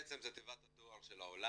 כאן בעצם זו תיבת הדואר של העולה,